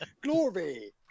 glory